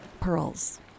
pearls